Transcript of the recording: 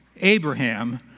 Abraham